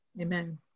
Amen